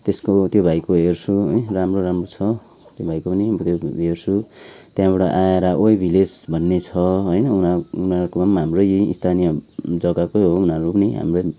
त्यसको त्यो भाइको हेर्छु है राम्रो राम्रो छ त्यो भाइको पनि हेर्छु त्यहाँबाट आएर ओइ भिलेज भन्ने छ है उनीहरूकोमा पनि हाम्रै स्थानिय जग्गाको हो उनीहरू पनि हाम्रै